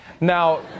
Now